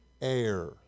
Air